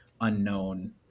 unknown